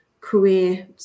career